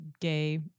gay